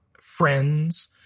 friends